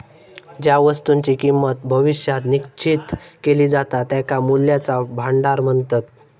ज्या वस्तुंची किंमत भविष्यात निश्चित केली जाता त्यांका मूल्याचा भांडार म्हणतत